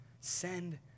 Send